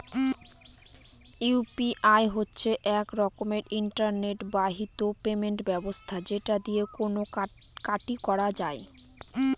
UPI হচ্ছে এক রকমের ইন্টারনেট বাহিত পেমেন্ট ব্যবস্থা যেটা দিয়ে কেনা কাটি করা যায়